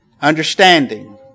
Understanding